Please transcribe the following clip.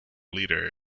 leader